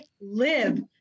live